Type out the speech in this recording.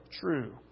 true